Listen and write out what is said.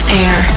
air